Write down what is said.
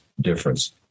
difference